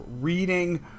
reading